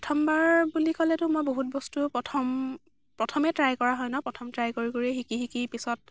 প্ৰথমবাৰ বুলি ক'লেতো মই বহুত বস্তু প্ৰথম প্ৰথমেই ট্ৰাই কৰা হয় ন' প্ৰথম ট্ৰাই কৰি কৰি শিকি পিছত